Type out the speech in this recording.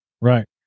Right